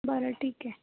बरं ठीक आहे